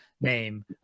Name